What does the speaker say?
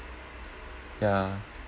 ya